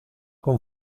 con